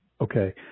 Okay